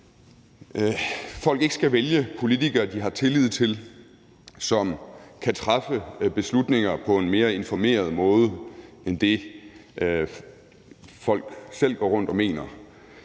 folk ikke skal vælge politikere, de har tillid til, som kan træffe beslutninger på en mere informeret måde end det, folk selv går rundt og mener,